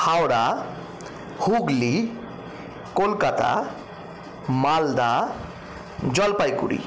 Howrah Hooghly Kolkata Malda Jalpaiguri